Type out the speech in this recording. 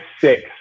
six